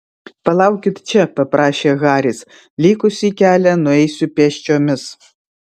palaukit čia paprašė haris likusį kelią nueisiu pėsčiomis